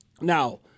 now